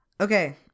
Okay